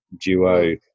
duo